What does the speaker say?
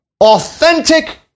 authentic